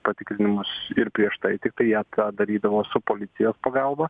patikrinimus ir prieš tai tiktai jie tą darydavo su policijos pagalba